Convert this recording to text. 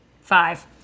five